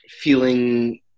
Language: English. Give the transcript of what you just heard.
feeling